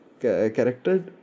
character